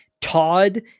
Todd